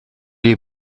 est